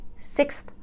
sixth